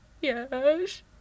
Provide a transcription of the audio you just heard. yes